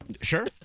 Sure